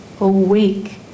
awake